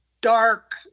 dark